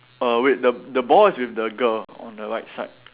err wait the the ball is with the girl on the right side